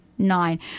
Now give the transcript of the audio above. nine